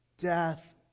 death